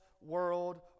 world